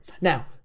Now